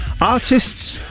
Artists